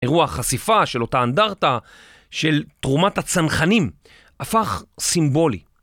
אירוע חשיפה של אותה אנדרטה של תרומת הצנחנים, הפך סימבולי.